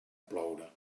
ploure